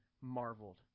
Marveled